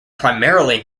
primarily